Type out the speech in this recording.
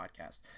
podcast